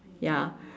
ya